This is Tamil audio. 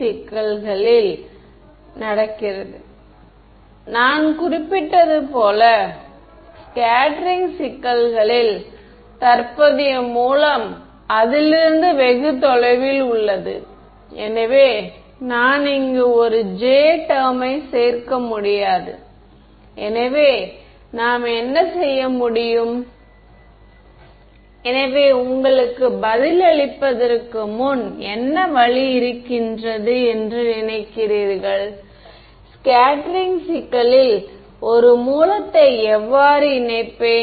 இந்த இடத்தில் நான் ஒரு விஷயத்தை சுட்டிக்காட்ட விரும்புகின்றேன் இந்த டெரிவேஷனில் e jt ன் ஒரு டைம் கன்வென்க்ஷன் யை நாங்கள் அறிமுகம் செய்கிறோம்